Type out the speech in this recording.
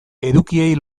edukiei